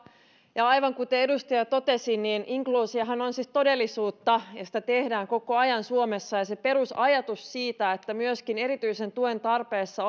ja aivan kuten edustaja totesi inkluusiohan on siis todellisuutta ja sitä tehdään koko ajan suomessa ja se perusajatus siitä että myöskin erityisen tuen tarpeessa